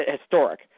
historic